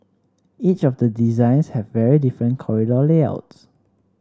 each of the designs have very different corridor layouts